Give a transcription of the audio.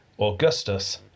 Augustus